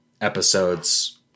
episodes